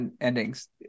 endings